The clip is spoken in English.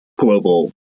global